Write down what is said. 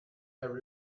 have